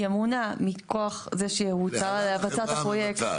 היא אמונה מכוח זה שהוטל עליה לבצע את הפרויקט.